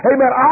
Amen